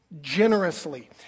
generously